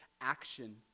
action